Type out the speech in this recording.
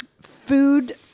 food